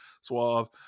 suave